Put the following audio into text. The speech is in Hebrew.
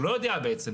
הוא לא יודע בעצם,